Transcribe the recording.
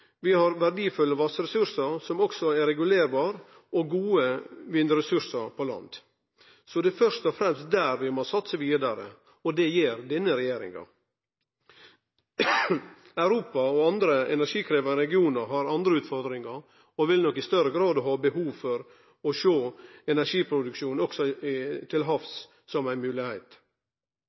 Vi har verdifulle vassressursar som òg er regulerbare og gode vindressursar på land. Så det er først og fremst der vi må satse vidare, og det gjer denne regjeringa. Europa og andre energikrevjande regionar har andre utfordringar og vil nok i større grad ha behov for å sjå på energiproduksjon òg til havs som